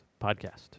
podcast